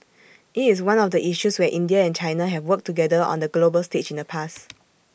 IT is one of the issues where India and China have worked together on the global stage in the past